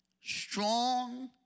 strong